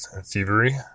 thievery